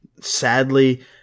Sadly